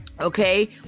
Okay